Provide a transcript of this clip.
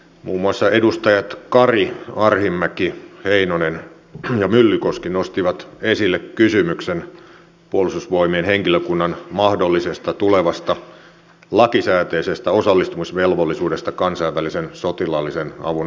muun muassa edustajat kari arhinmäki heinonen ja myllykoski nostivat esille kysymyksen puolustusvoimien henkilökunnan mahdollisesta tulevasta lakisääteisestä osallistumisvelvollisuudesta kansainvälisen sotilaallisen avun antamiseen